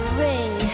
ring